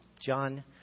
John